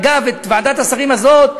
ועדת השרים מאשרת,